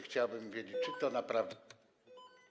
Chciałbym wiedzieć, czy to naprawdę.